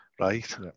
right